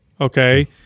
okay